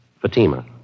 Fatima